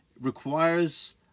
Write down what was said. Requires